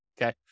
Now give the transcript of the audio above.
okay